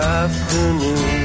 afternoon